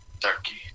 Turkey